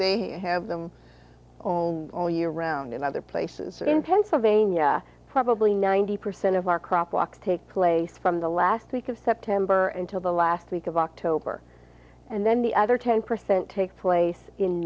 they have them home all year round in other places in pennsylvania probably ninety percent of our crop walks take place from the last week of september and till the last week of october and then the other ten percent takes place in